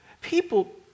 people